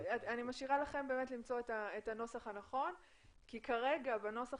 אני משאירה לכן למצוא את הנוסח הנכון כי כרגע בנוסח